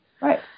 Right